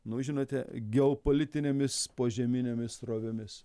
nu žinote geopolitinėmis požeminėmis srovėmis